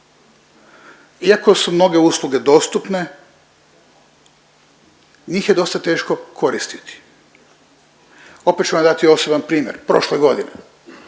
Iako su mnoge usluge dostupne, njih je dosta teško koristiti. Opet ću vam dati osoban primjer. Prošle godine,